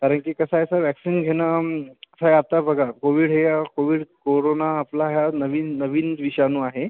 कारण की कसं आहे सर व्हॅक्सिन घेणं काय आता बघा कोविड हे कोविड कोरोना हा आपला नवीन नवीन विषाणू आहे